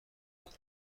دارد